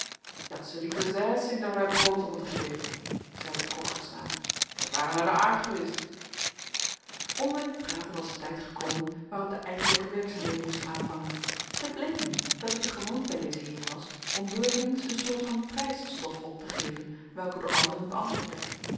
hadt ze liever zeisen in derlui pooten motten geven zeide de koddige snaak dat ware naar den aard geweest onder dit praten was de tijd gekomen waarop de eigenlijke werkzaamheden moesten aanvangen het bleek mij nu dat het de gewoonte bij deze heeren was om beurtelings een soort van prijsstof op te geven welke door anderen beantwoord werd